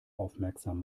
aufmerksam